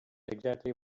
exactly